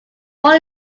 born